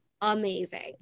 amazing